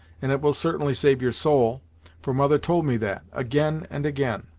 and it will certainly save your soul for mother told me that, again and again!